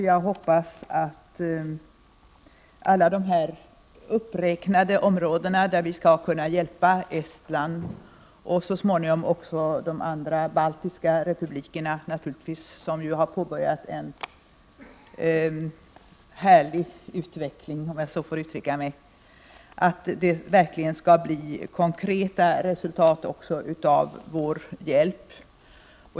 Jag hoppas att vi — på alla de områden som utrikesministern räknade upp där vi skall hjälpa Estland och så småningom även de andra baltiska republikerna som har påbörjat en härlig utveckling, om jag får uttrycka mig på det sättet — skall kunna uppnå konkreta resultat med vår hjälp.